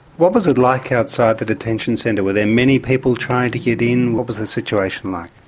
what was it like outside the detention centre? were there many people trying to get in? what was the situation like?